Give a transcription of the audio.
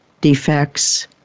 defects